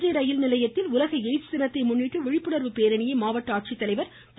தஞ்சை ரயில்நிலையத்தில் உலக எய்ட்ஸ் தினத்தை முன்னிட்டு விழிப்புணர்வு பேரணியை மாவட்ட ஆட்சித்தலைவர் திரு